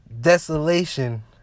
desolation